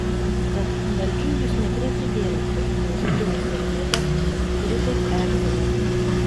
tad meldžiu jus nekreipti dėmesio į užgriuvusią gėdą kuri taip erzina